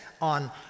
on